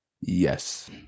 yes